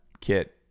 kit